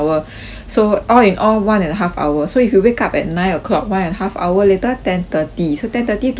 so all in all one and a half hour so if you wake up at nine o'clock one and half hour later ten thirty so ten thirty to twelve o'clock